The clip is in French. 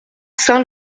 saint